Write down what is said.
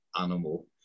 animal